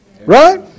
right